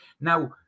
Now